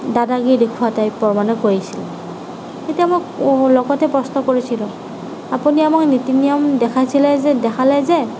দাদাগিৰি দেখুৱা টাইপৰ মানে কৰিছিলে তেতিয়া মোক লগতে প্ৰশ্ন কৰিছিলোঁ আপুনি আমাক নীতি নিয়ম দেখাইছিলে দেখালে যে